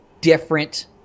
different